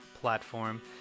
platform